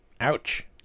ouch